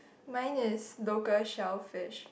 mine is local shellfish